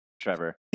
Trevor